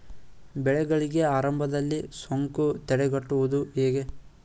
ಬೆಳೆಗಳಿಗೆ ಆರಂಭದಲ್ಲಿ ಸೋಂಕು ತಡೆಗಟ್ಟುವುದು ಹೇಗೆ?